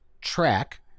track